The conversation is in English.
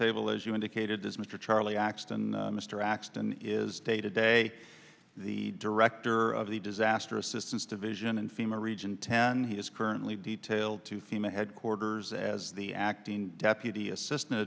table as you indicated this mr charlie axton mr axton is day to day the director of the disaster assistance division and fema region ten he is currently detail to thema headquarters as the acting deputy assistant